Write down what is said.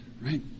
Right